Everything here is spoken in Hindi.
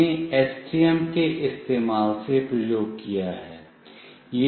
हमने एसटीएम के इस्तेमाल से प्रयोग किया है